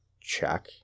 check